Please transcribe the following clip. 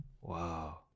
Wow